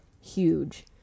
huge